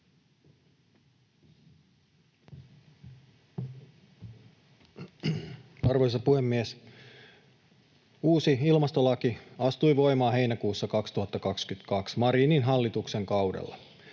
Arvoisa puhemies! Uusi ilmastolaki astui voimaan heinäkuussa 2022 Marinin hallituksen kaudella.